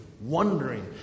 wondering